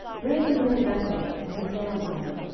bring me yet a vessel. and he said unto her,